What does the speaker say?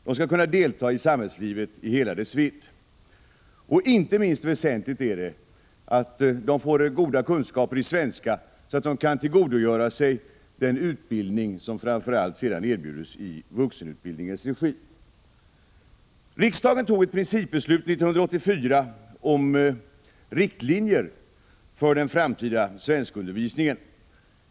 De skall kunna delta i samhällslivet i hela dess vidd. Inte minst väsentligt är det att de får goda kunskaper i svenska, så att de kan tillgodogöra sig den utbildning som framför allt erbjuds i vuxenutbildningens regi. Riksdagen fattade ett principbeslut 1984 om riktlinjer för den framtida svenskundervisningen.